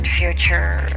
future